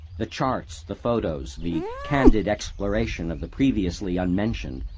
the charts, the photos, the candid exploration of the previously unmentioned,